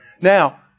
Now